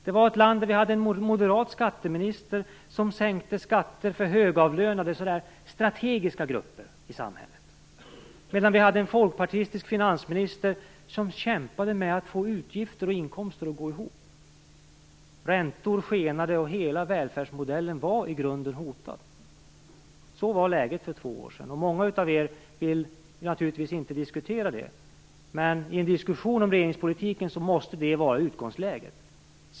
Det var ett land där vi hade en moderat skatteminister som sänkte skatter för högavlönade, för s.k. strategiska grupper i samhället, medan vi hade en folkpartistisk finansminister som kämpade med att få inkomster och utgifter att gå ihop. Räntor skenade, och hela välfärdsmodellen var i grunden hotad. Så var läget för två år sedan, och många av er vill naturligtvis inte diskutera det nu, men i en diskussion om regeringspolitiken måste det vara utgångsläget.